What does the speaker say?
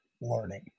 learning